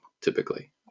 typically